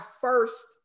first